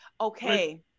Okay